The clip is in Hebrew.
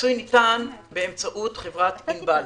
הפיצוי ניתן באמצעות חברת ענבל.